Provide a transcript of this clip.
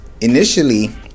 initially